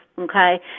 Okay